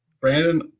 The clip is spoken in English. Brandon